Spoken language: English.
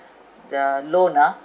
the loan ah